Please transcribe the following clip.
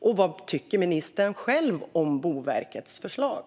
Och vad tycker ministern själv om Boverkets förslag?